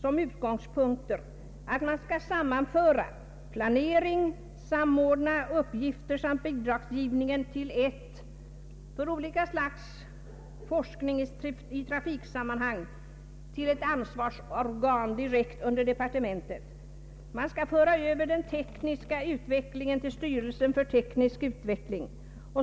som utgångspunkter att man skall sammanföra planering, samordningsuppgifter liksom bidragsgivning till ett för olika slags forskning i trafiksammanhang ansvarigt organ direkt under departementet. Man skall föra över det industriella utvecklingsarbetet till styrelsen för teknisk utveckling.